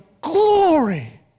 glory